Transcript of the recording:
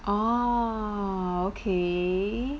orh okay